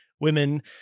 women